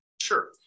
Sure